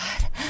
God